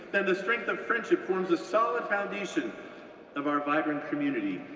then the strength of friendship forms a solid foundation of our vibrant community,